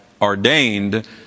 ordained